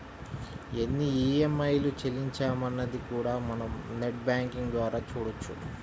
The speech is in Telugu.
ఎన్ని ఈఎంఐలు చెల్లించామన్నది కూడా మనం నెట్ బ్యేంకింగ్ ద్వారా చూడొచ్చు